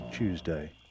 Tuesday